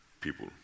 people